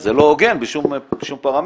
זה לא הוגן בשום פרמטר.